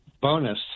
bonus